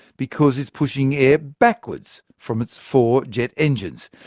because it's pushing air backwards from its four jet engines.